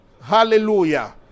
Hallelujah